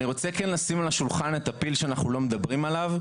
אני רוצה כן לשים על השולחן את הפיל שאנחנו לא מדברים עליו,